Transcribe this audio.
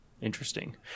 interesting